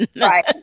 right